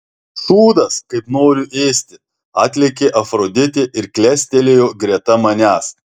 šūdas kaip noriu ėsti atlėkė afroditė ir klestelėjo greta manęs